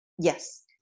Yes